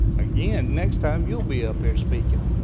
again, next time you'll be up here speaking,